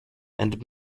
and